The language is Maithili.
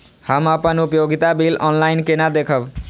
हम अपन उपयोगिता बिल ऑनलाइन केना देखब?